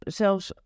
zelfs